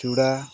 ଚୁଡ଼ା